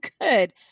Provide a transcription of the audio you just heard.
good